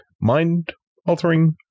mind-altering